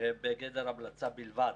הם בגדר המלצה בלבד.